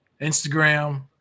Instagram